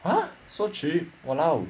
!huh! so cheap !walao!